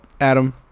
Adam